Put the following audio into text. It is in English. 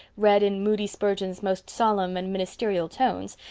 read in moody spurgeon's most solemn and ministerial tones,